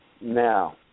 Now